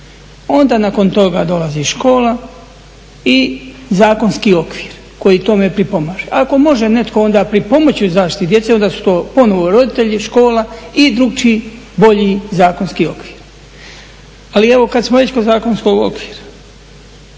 onda nakon toga dolazi škola i zakonski okvir koji tome pripomaže. Ako može netko onda pripomoći u zaštiti djece, onda su to ponovo roditelji, škola i drugačiji, bolji zakonski okvir. Ali evo, kad smo već kod zakonskog okvira,